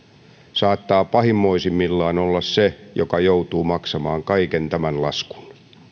saattaa pahimmoisimmillaan olla se joka joutuu maksamaan koko tämän laskun